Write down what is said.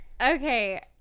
Okay